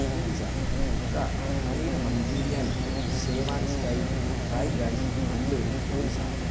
ശരി sir sir paneer മഞ്ചൂരിയനൊപ്പം schezwan style fried rice നല്ലൊരു ചോയ്സ് ആണ്